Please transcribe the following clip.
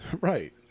Right